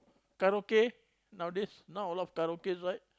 karaoke nowadays now a lot karaoke right